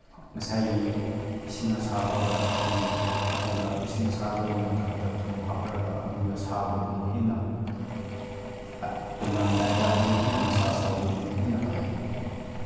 ꯉꯁꯥꯏꯒꯤ ꯏꯁꯤꯡ ꯑꯁꯥꯕꯒ ꯑꯗꯨꯒꯤ ꯑꯗꯨꯒ ꯏꯁꯤꯡ ꯑꯁꯥꯕꯒꯤ ꯃꯊꯛꯇ ꯊꯨꯞ ꯍꯥꯞꯂꯒ ꯑꯗꯨꯒꯤ ꯑꯁꯥꯕꯗꯨꯅ ꯍꯦꯟꯅ ꯇꯨꯝꯂꯝꯗꯥꯏꯗ ꯑꯗꯨꯅ ꯍꯦꯟꯅ ꯃꯁꯥꯁ ꯇꯧꯕꯗꯨꯅ ꯍꯦꯟꯅ ꯐꯩ